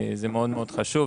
ומאוד חשוב.